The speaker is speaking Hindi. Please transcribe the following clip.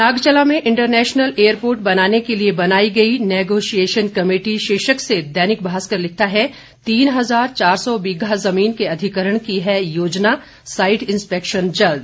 नागचला में इंटरनेशनल एयरपोर्ट बनाने के लिए बनाई गई नेगोशिएशन कमेटी शीर्षक से दैनिक भास्कर लिखता है तीन हजार चार सौ बीघा जमीन के अधिग्रहण की है योजना साइट इस्पेक्शन जल्द